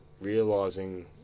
realizing